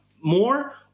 more